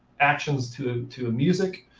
actions to to music,